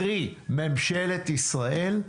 קרי ממשלת ישראל.